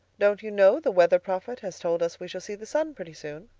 don't you know the weather prophet has told us we shall see the sun pretty soon?